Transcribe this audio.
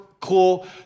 cool